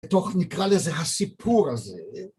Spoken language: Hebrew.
בתוך נקרא לזה "הסיפור הזה"